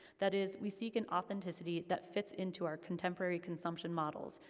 that is, we seek an authenticity that fits into our contemporary consumption models,